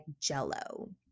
jello